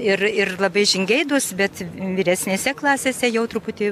ir ir labai žingeidūs bet vyresnėse klasėse jau truputį